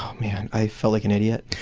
man, i felt like an idiot.